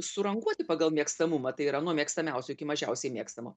suranguoti pagal mėgstamumą tai yra nuo mėgstamiausio iki mažiausiai mėgstamo